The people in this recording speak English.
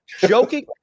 Joking